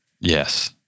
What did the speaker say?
Yes